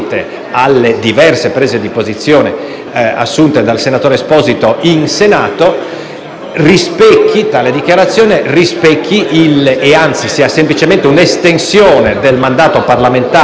alle diverse prese di posizione assunte dal senatore Esposito in Senato, rispecchia e è, anzi, semplicemente un'estensione del mandato parlamentare